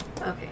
Okay